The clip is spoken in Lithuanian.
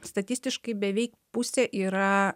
statistiškai beveik pusė yra